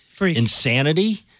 insanity